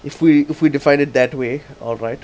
if we if we define it that way alright